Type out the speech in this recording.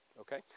Okay